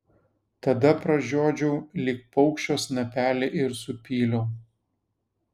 tada pražiodžiau lyg paukščio snapelį ir supyliau